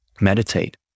meditate